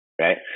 Right